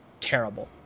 terrible